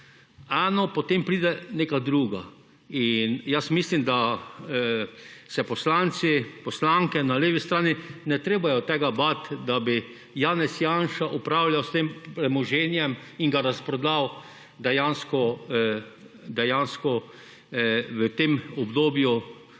eno potem pride neka druga in jaz mislim, da se poslanci, poslanke, na levi strani, ne »trebajo« tega bat, da bi Janez Janša upravljal s tem premoženjem in ga razprodal dejansko v tem obdobju